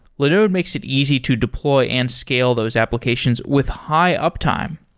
linode makes it easy to deploy and scale those applications with high uptime.